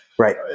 Right